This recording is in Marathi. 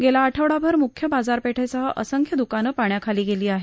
गेला आठवडाभर म्ख्य बाजारपेठेसह असंख्य द्कानं पाण्याखाली गेली आहेत